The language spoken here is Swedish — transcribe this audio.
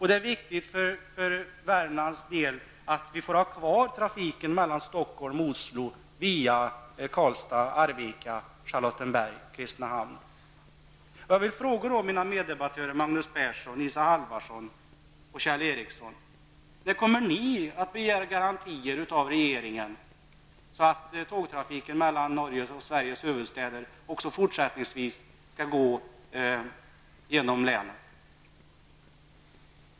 Det är viktigt för Värmland att få ha kvar trafiken mellan Stockholm och Oslo via Karlstad, Arvika, Halvarsson och Kjell Ericsson: När kommer ni att begära garantier av regeringen så att tågtrafiken mellan Norges och Sveriges huvudstäder också i fortsättningen kan gå genom Värmland?